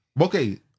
Okay